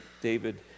David